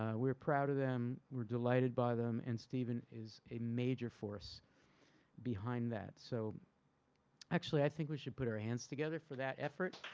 ah we're proud of them, we're delighted by them and stephen is a major force behind that. so actually i think we should put our hands together for that effort.